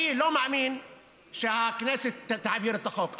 אני לא מאמין שהכנסת תעביר את החוק,